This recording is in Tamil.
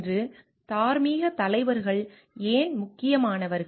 இன்று தார்மீக தலைவர்கள் ஏன் முக்கியமானவர்கள்